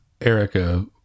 Erica